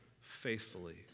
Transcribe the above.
faithfully